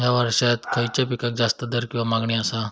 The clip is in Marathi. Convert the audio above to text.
हया वर्सात खइच्या पिकाक जास्त दर किंवा मागणी आसा?